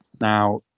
Now